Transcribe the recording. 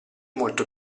molto